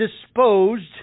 disposed